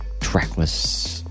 Trackless